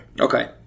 Okay